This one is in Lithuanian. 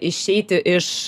išeiti iš